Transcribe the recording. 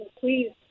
please